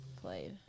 played